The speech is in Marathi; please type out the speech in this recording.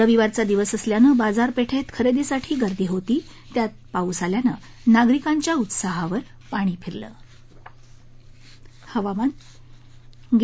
रविवारचा दिवस असल्यानं बाजारपेठेत खरेदीसाठी गर्दी होती त्यात त्यातच पाऊस झाल्यानं नागरिकांच्या उत्साहावर पाणी फेरले गेले